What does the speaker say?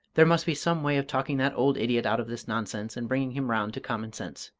there must be some way of talking that old idiot out of this nonsense and bringing him round to common sense.